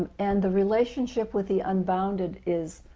and the relationship with the unbounded is